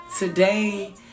Today